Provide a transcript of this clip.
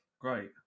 Great